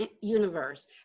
universe